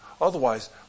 Otherwise